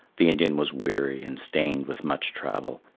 the indian was weary and stained with much travel,